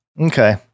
Okay